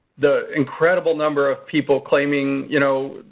the incredible number of people claiming you know,